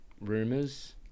rumors